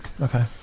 Okay